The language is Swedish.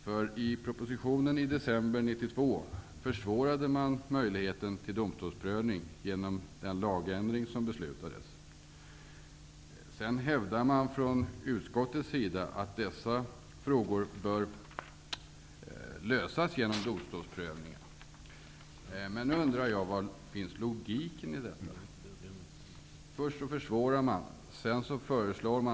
Genom den lagändring som beslutades i december 1992 försvårade man möjligheten till domstolsprövning. Sedan hävdas det från utskottets sida att dessa frågor bör lösas genom domstolsprövning. Nu undrar jag: Var finns logiken i detta?